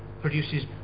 Produces